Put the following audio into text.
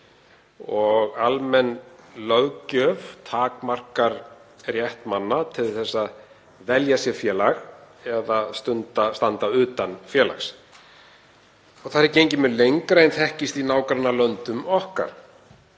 og almenn löggjöf takmarkar rétt manna til að velja sér félag eða standa utan félags. Þar er gengið mun lengra en þekkist í nágrannalöndum okkar.